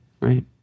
right